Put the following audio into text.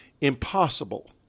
impossible